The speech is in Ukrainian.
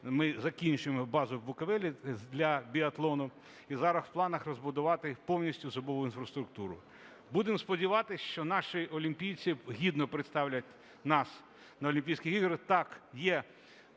ми закінчуємо базу в Буковелі для біатлону, і зараз в планах розбудувати повністю зимову інфраструктуру. Будемо сподіватись, що наші олімпійці гідно представлять нас на Олімпійських іграх. Так, є,